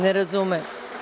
Ne razumem.